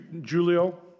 Julio